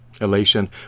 elation